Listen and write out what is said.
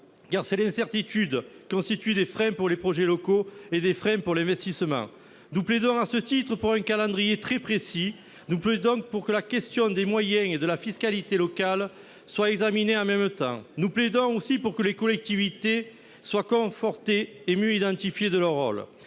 ces incertitudes constituent des freins pour les projets locaux et pour l'investissement. Nous plaidons, à ce titre, pour un calendrier très précis. Nous plaidons pour que la question des moyens et de la fiscalité locale soit examinée en même temps. Nous plaidons pour que les collectivités soient confortées et mieux identifiées dans leurs rôles.